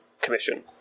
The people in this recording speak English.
commission